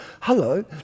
hello